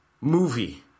movie